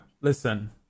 Listen